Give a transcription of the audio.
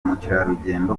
mukerarugendo